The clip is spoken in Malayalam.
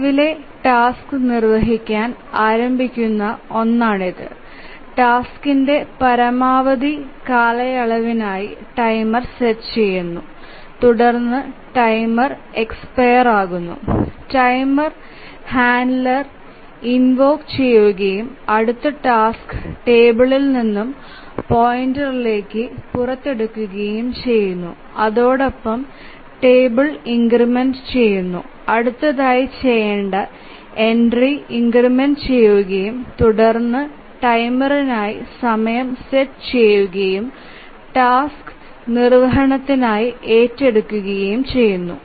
നിലവിലെ ടാസ്ക് നിർവ്വഹിക്കാൻ ആരംഭിക്കുന്ന ഒന്നാണിത് ടാസ്കിന്റെ പരമാവധി കാലയളവിനായി ടൈമർ സെറ്റ് ചെയുന്നു തുടർന്ന് ടൈമർ എക്സ്പയർ ആകുന്നു ടൈമർ ഹാൻഡ്ലർ ഇൻവോക് ചെയുകയും അടുത്ത ടാസ്ക് ടേബിൾ നിന്നും പോയിന്ററിലേക്ക് പുറത്തെടുക്കുകയും ചെയ്യുന്നു അതോടൊപ്പം ടേബിൾ ഇൻക്രെമെന്റ് ചെയുന്നു അടുത്തതായി ചെയ്യേണ്ട എൻട്രി ഇൻക്രെമെന്റ് ചെയുകയും തുടർന്ന് ടൈമറിനായി സമയം സെറ്റ് ചെയുകയും ടാസ്ക് നിർവ്വഹണത്തിനായി ഏറ്റെടുക്കുകയും ചെയ്യുന്നു